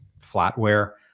flatware